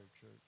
church